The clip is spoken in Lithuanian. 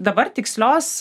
dabar tikslios